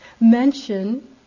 mention